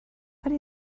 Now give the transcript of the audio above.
what